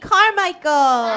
Carmichael